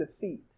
defeat